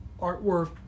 artwork